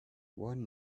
one